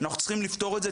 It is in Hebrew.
אנחנו צריכים לפתור את זה.